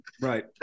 Right